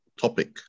topic